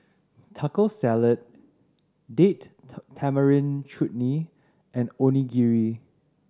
Taco Salad Date Tamarind Chutney and Onigiri